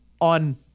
on